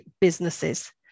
businesses